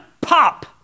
pop